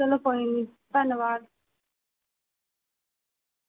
चलो कोई निं धन्नवाद